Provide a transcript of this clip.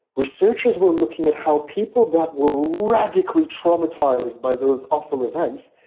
researchers were looking at how people that were radically traumatized by those awful events,